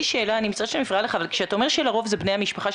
מותר לך לבוא ולדרוש את זה ממנו.